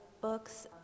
books